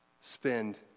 spend